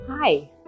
Hi